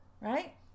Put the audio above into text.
Right